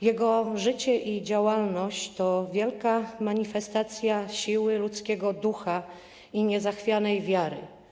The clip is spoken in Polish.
Jego życie i działalność to wielka manifestacja siły ludzkiego ducha i niezachwianej wiary.